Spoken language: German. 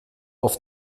auf